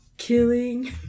Killing